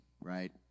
right